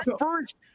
first